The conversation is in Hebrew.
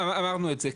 אמרנו את זה.